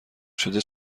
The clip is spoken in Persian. شده